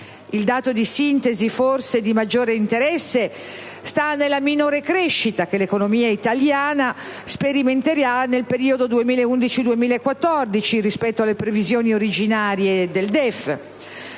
Il dato di sintesi, forse di maggiore interesse, sta nella minor crescita che l'economia italiana sperimenterà nel periodo 2011-2014, rispetto alle previsioni originarie del DEF: